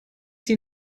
die